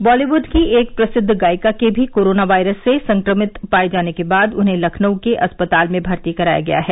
Bollywood की एक प्रसिद्व गायिका के भी कोरोना वायरस से संक्रमित पाये जाने के बाद उन्हें लखनऊ के अस्पताल में भर्ती कराया गया है